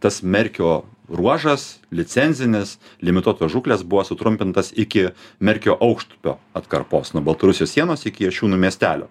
tas merkio ruožas licencinis limituotos žūklės buvo sutrumpintas iki merkio aukštupio atkarpos nuo baltarusijos sienos iki jašiūnų miestelio